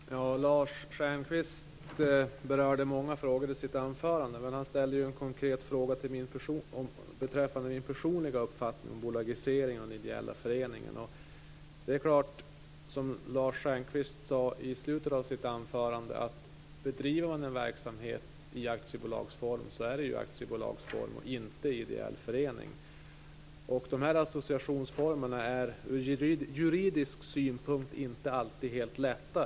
Fru talman! Lars Stjernkvist berörde många frågor i sitt anförande, men han ställde också en konkret fråga beträffande min personliga uppfattning om bolagisering av ideella föreningar. Som han sade i slutet av sitt anförande: Bedriver man en verksamhet i aktiebolagsform är det ju ett aktiebolag och inte en ideell förening. De här associationsformerna är ur juridisk synpunkt inte alltid helt lätta.